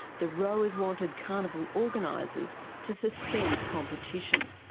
the rowers wanted carnival organisers to suspend competition.